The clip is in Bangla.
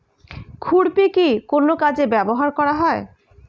খুরপি কি কোন কাজে ব্যবহার করা হয়?